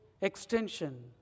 extension